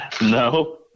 No